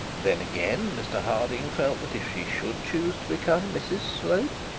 then, again, mr harding felt that if she should choose to become mrs slope,